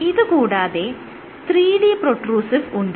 ഇത് കൂടാതെ 3D protrusive ഉണ്ട്